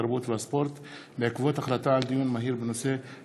התרבות והספורט בעקבות דיון מהיר בהצעתם